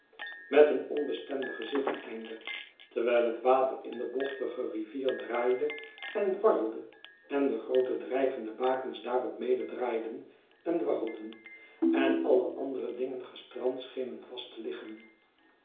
met een onbestemden gezichteinder terwijl het water in de bochtige rivier draaide en dwarrelde en de groote drijvende bakens daarop mede draaiden en dwarrelden en alle andere dingen gestrand schenen vast te liggen